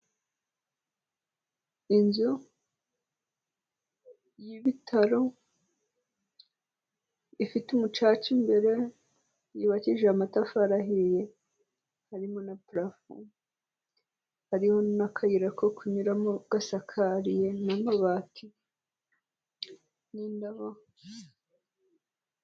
Inzu y'ibitaro ifite umucaca imbere, yubakishije amatafari ahiye, harimo na purafu, hariho n'akayira ko kunyuramo gasakariye n'amabati n'indabo...